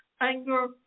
anger